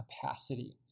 capacity